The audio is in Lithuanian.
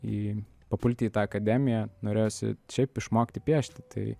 į papulti į tą akademiją norėjosi šiaip išmokti piešti tai